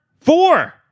four